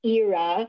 era